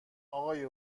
آقای